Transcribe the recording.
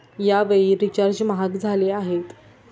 यावेळी रिचार्ज महाग झाले आहेत